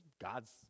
God's